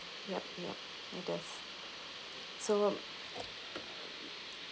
yup yup it is so um